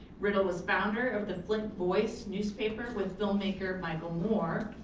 riddle was founder of the flint voice newspaper with filmmaker michael moore,